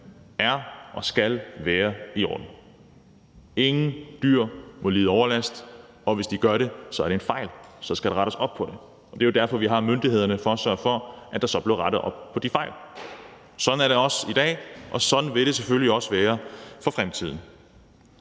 er og skal være i orden. Ingen dyr må lide overlast, og hvis de gør det, er det en fejl, og så skal der rettes op på det. Det er jo derfor, vi har myndighederne – for at sørge for, at der så bliver rettet op på de fejl. Sådan er det også i dag, og sådan vil det selvfølgelig også være for fremtiden.